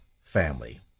family